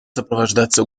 сопровождаться